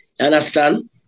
Understand